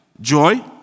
Joy